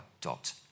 dot